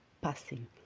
passing